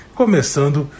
começando